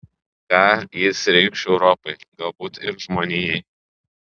ką jis reikš europai galbūt ir žmonijai